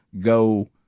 go